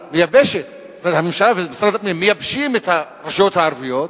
הממשלה ומשרד הפנים מייבשים את הרשויות הערביות,